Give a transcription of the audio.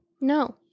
No